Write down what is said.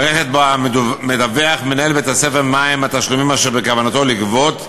מערכת שבה מדווח מנהל בית-הספר מה הם התשלומים אשר בכוונתו לגבות,